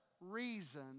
reason